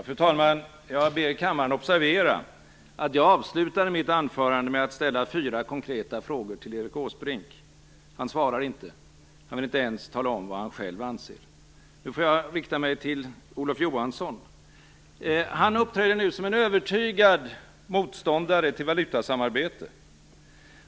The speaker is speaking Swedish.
Fru talman! Jag ber kammaren observera att jag avslutade mitt anförande med att ställa fyra konkreta frågor till Erik Åsbrink. Han svarar inte. Han vill inte ens tala om vad han själv anser. Jag riktar mig då i stället till Olof Johansson. Han uppträder nu som en övertygad motståndare till valutasamarbete.